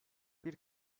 bir